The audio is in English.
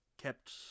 Kept